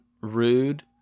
rude